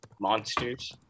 Monsters